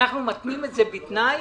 אנחנו מתנים את זה, בתנאי